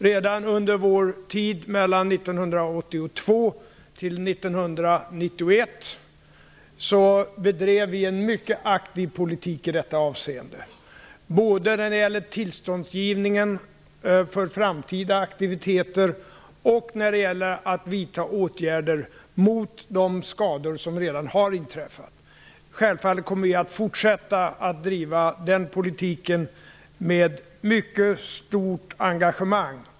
Redan under vår regeringstid 1982-1991 bedrev vi en mycket aktiv politik i detta avseende, både när det gällde tillståndsgivning för framtida aktiviteter och när det gällde att vidta åtgärder mot de skador som redan inträffat. Självfallet kommer vi att fortsätta att driva den politiken med mycket stort engagemang.